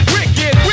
Wicked